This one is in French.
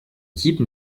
équipe